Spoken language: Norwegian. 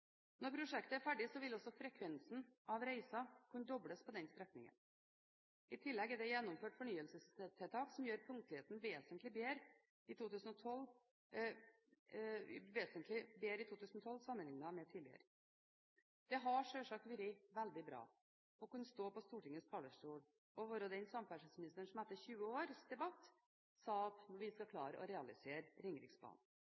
Når prosjektet er ferdig, vil også frekvensen av reiser kunne dobles på den strekningen. I tillegg er det gjennomført fornyelsestiltak som gjør punktligheten vesentlig bedre i 2012 sammenlignet med tidligere. Det hadde selvsagt vært veldig bra å kunne stå på Stortingets talerstol og være den samferdselsministeren som etter 20 års debatt sa at vi skal